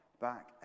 back